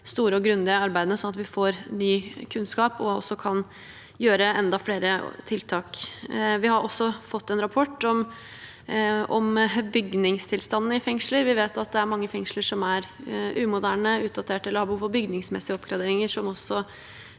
store og grundige arbeidene, sånn at vi får ny kunnskap og kan gjøre enda flere tiltak. Vi har også fått en rapport om bygningstilstanden i fengsler. Vi vet at det er mange fengsler som er umoderne, utdatert eller har behov for bygningsmessige oppgraderinger, noe som